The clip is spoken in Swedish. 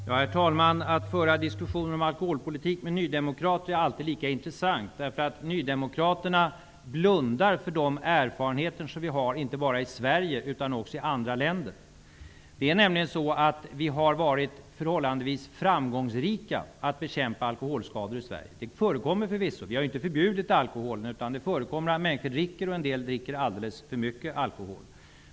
Herr talman! Att föra diskussioner om alkoholpolitik med nydemokrater är alltid lika intressant, därför att nydemokraterna blundar för erfarenheterna, inte bara i Sverige utan också i andra länder. Det är nämligen så att vi har varit förhållandevis framgångsrika i fråga om att bekämpa alkoholskador i Sverige. Det förekommer förvisso -- vi har ju inte förbjudit alkoholen -- att människor dricker och att en del dricker alldeles för mycket alkohol.